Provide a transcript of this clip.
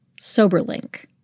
Soberlink